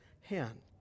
hand